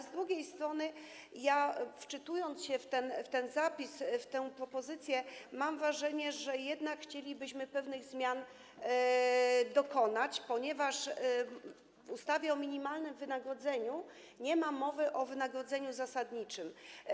Z drugiej strony, wczytując się w ten zapis, w tę propozycję, mam wrażenie, że jednak chcielibyśmy dokonać pewnych zmian, ponieważ w ustawie o minimalnym wynagrodzeniu nie ma mowy o wynagrodzeniu zasadniczym.